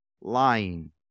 Lying